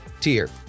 tier